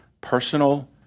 personal